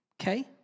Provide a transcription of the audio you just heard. Okay